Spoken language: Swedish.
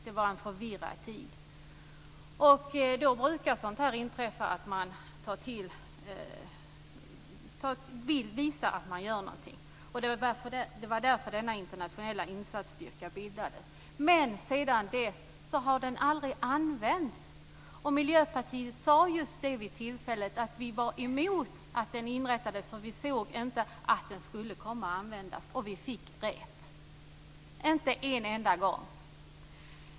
Det var en förvirrad tid. I sådana lägen brukar man vilja visa att man gör någonting, och det var därför denna internationella insatsstyrka bildades. Men sedan dess har den aldrig använts. Miljöpartiet sade då att vi var emot att den inrättades, eftersom vi inte såg att den skulle komma att användas. Vi fick också rätt. Den har inte använts en enda gång.